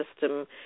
system